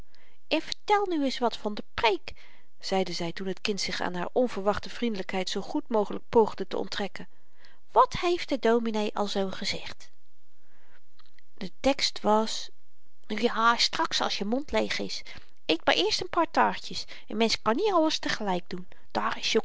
en vertel nu eens wat van de preek zeide zy toen het kind zich aan haar onverwachte vriendelykheid zoo goed mogelyk poogde te onttrekken wat heeft de dominee al zoo gezegd de tekst was nu ja straks als je mond leeg is eet maar eerst n paar taartjes n mensch kan niet alles te gelyk doen daar is